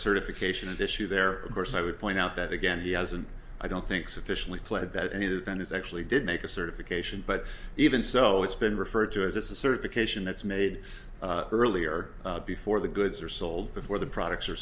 certification of issue their course i would point out that again he hasn't i don't think sufficiently played that any event is actually did make a certification but even so it's been referred to as a certification that's made earlier before the goods are sold before the products are